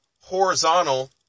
horizontal